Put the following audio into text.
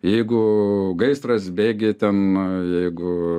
jeigu gaisras bėgi ten jeigu